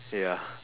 ya